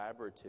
collaborative